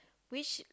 which